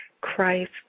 Christ